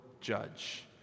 judge